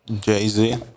Jay-Z